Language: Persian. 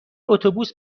اتوبوس